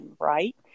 right